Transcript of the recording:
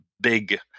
big